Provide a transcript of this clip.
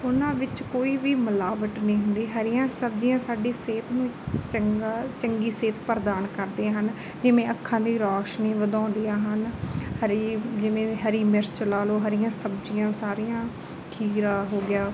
ਉਨ੍ਹਾਂ ਵਿੱਚ ਕੋਈ ਵੀ ਮਿਲਾਵਟ ਨਹੀਂ ਹੁੰਦੀ ਹਰੀਆਂ ਸਬਜ਼ੀਆਂ ਸਾਡੀ ਸਿਹਤ ਨੂੰ ਚੰਗਾ ਚੰਗੀ ਸਿਹਤ ਪ੍ਰਦਾਨ ਕਰਦੀਆਂ ਹਨ ਜਿਵੇਂ ਅੱਖਾਂ ਦੀ ਰੋਸ਼ਨੀ ਵਧਾਉਂਦੀਆਂ ਹਨ ਹਰੀ ਜਿਵੇਂ ਹਰੀ ਮਿਰਚ ਲਾ ਲਉ ਹਰੀਆਂ ਸਬਜ਼ੀਆਂ ਸਾਰੀਆਂ ਖੀਰਾ ਹੋ ਗਿਆ